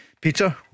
Peter